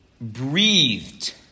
breathed